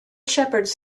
shepherds